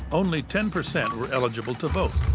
only ten percent were eligible to vote,